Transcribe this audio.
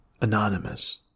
Anonymous